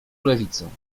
lewicą